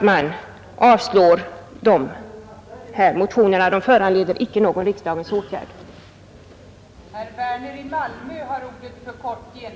De bör icke föranleda någon riksdagens åtgärd, heter det.